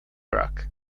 rock